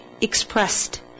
expressed